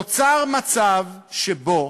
נוצר מצב שבו